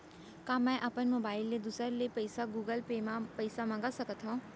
का मैं अपन मोबाइल ले दूसर ले पइसा गूगल पे म पइसा मंगा सकथव?